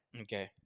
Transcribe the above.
Okay